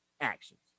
actions